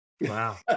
Wow